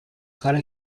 cara